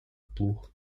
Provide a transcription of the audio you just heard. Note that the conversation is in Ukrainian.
плуг